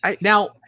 Now